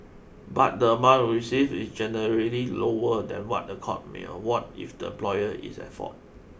but the amount received is generally lower than what a court may award if the employer is at fault